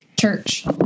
church